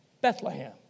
Bethlehem